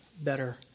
better